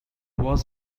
was